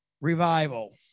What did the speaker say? revival